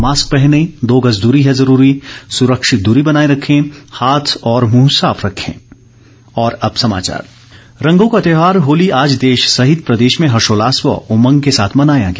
mask पहनें दो गज दूरी है जरूरी सुरक्षित दूरी बनाये रखें हाथ और मुंह साफ रखें होली रंगों का त्योहार होली आज देश सहित प्रदेश में हर्षोल्लास व उमंग के साथ मनाया गया